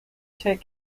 take